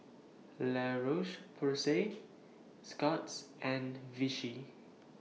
La Roche Porsay Scott's and Vichy